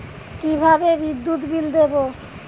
কিভাবে বিদ্যুৎ বিল দেবো?